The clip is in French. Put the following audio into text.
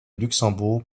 luxembourg